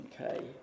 Okay